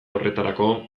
horretarako